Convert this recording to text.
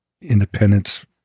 independence